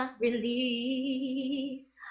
release